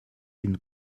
une